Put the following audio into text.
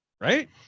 right